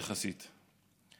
יחסית: